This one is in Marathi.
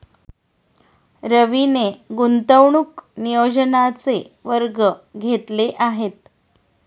रवीने गुंतवणूक नियोजनाचे वर्ग घेतले आहेत